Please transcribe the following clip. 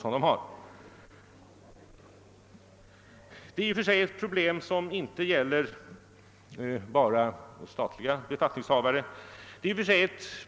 Ställer man frågan så har man samtidigt också besvarat den.